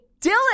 Dylan